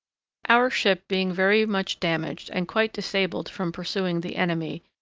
our ship being very much damaged, and quite disabled from pursuing the enemy,